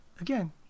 again